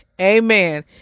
Amen